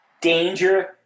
danger